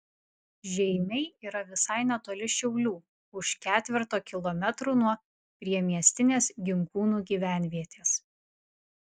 žeimiai yra visai netoli šiaulių už ketverto kilometrų nuo priemiestinės ginkūnų gyvenvietės